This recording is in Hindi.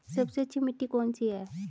सबसे अच्छी मिट्टी कौन सी है?